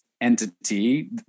entity